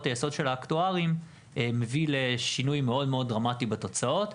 היסוד של האקטוארים מביא לשינוי דרמטי מאוד בתוצאות.